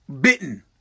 bitten